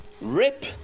Rip